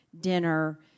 dinner